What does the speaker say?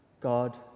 God